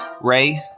ray